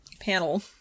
panel